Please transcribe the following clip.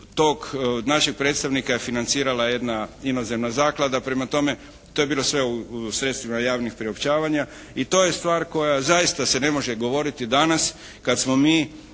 tog našeg predstavnika je financirala jedna inozemna zaklada. Prema tome to je bilo sve u sredstvima javnih priopćavanja. I to je stvar koja zaista se ne može govoriti danas kad smo mi